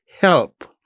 help